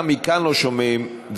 גם מכאן לא שומעים.